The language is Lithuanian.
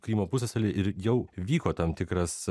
krymo pusiasalį ir jau vyko tam tikras